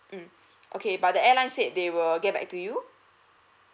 mm okay but the airline said they will get back to you